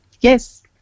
Yes